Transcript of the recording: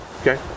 Okay